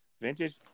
vintage